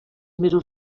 mesos